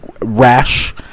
rash